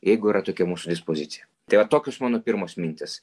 jeigu yra tokia mūsų dispozicija tai va tokios mano pirmos mintys